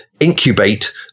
incubate